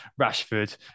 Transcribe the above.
Rashford